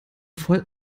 voll